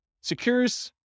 secures